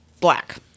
Black